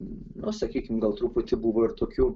nu sakykim gal truputį buvo ir tokių